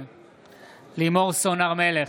נגד לימור סון הר מלך,